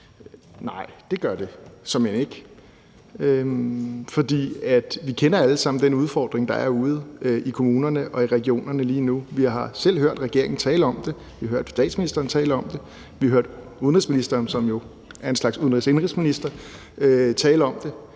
Nej, det gør det såmænd ikke, for vi kender alle sammen den udfordring, der er ude i kommunerne og i regionerne lige nu. Vi har selv hørt regeringen tale om det. Vi har hørt statsministeren tale om det. Vi har hørt udenrigsministeren, som jo er en slags udenrigs/indenrigsminister, tale om, at